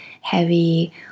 heavy